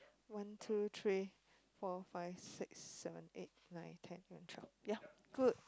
one two three four five six seven eight nine ten eleven twelve ya good